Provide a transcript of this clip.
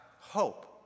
hope